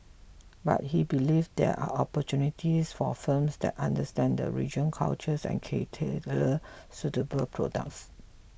but he believes there are opportunities for firms that understand the region cultures and key tailor suitable products